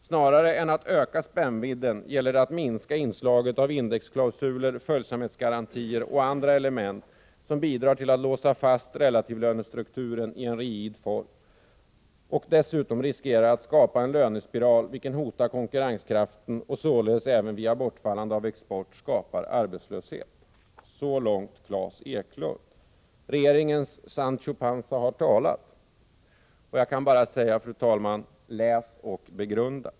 Snarare än att öka spännvidden gäller det att minska inslagen av indexklausuler, följsamhetsgarantier och andra element som bidrar till att låsa fast relativlönestrukturen i en rigid form — och som dessutom riskerar att skapa en lönespiral vilken hotar konkurrenskraften och således även via bortfallande av export skapar arbetslöshet.” Så långt Klas Eklund. Regeringens Sancho Panza har talat. Jag kan bara säga: Läs och begrunda!